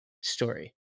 story